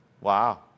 Wow